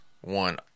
one